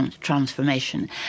Transformation